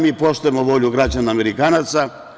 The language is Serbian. Mi poštujemo volju građana Amerikanaca.